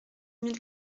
mille